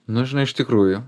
nu žinai iš tikrųjų